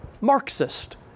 Marxist